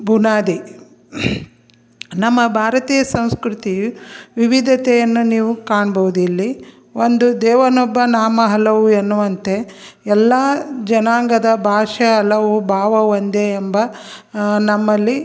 ಬುನಾದಿ ನಮ್ಮ ಭಾರತೀಯ ಸಂಸ್ಕೃತಿ ವಿವಿಧತೆಯನ್ನು ನೀವು ಕಾಣ್ಬೋದು ಇಲ್ಲಿ ಒಂದು ದೇವನೊಬ್ಬ ನಾಮ ಹಲವು ಎನ್ನುವಂತೆ ಎಲ್ಲ ಜನಾಂಗದ ಭಾಷೆ ಹಲವು ಭಾವ ಒಂದೇ ಎಂಬ ನಮ್ಮಲ್ಲಿ